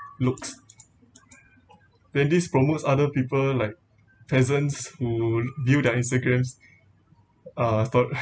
looks then this promotes other people like peasants who view their instagrams uh story